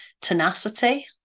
tenacity